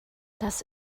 das